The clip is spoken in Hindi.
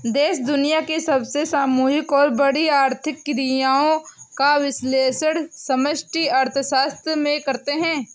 देश दुनिया की सभी सामूहिक और बड़ी आर्थिक क्रियाओं का विश्लेषण समष्टि अर्थशास्त्र में करते हैं